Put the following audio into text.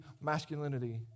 masculinity